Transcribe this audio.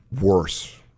worse